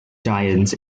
giant